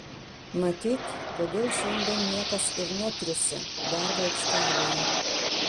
matyt todėl šiandien niekas ir netriūsia darbo aikštelėje